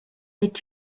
est